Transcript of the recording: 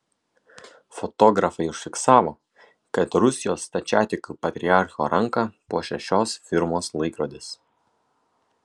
fotografai užfiksavo kad rusijos stačiatikių patriarcho ranką puošia šios firmos laikrodis